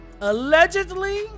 allegedly